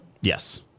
Yes